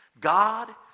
God